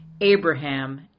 Abraham